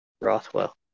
Rothwell